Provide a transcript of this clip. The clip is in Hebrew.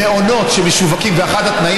מעונות שמשווקים: אחד התנאים,